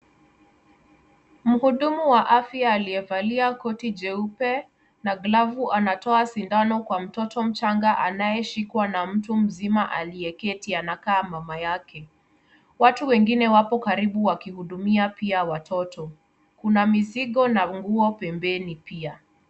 Mhudumu wa afya aliyevalia koti jeupe na glavu anatoa sindano kwa mtoto mchanga anaye shikwa na mtu nzima aliye keti anakaa mama yake. Watu wengine wapo karibu wakihudumia pia watoto. Kuna mizigo na nguo pembeni pia.